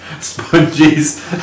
sponges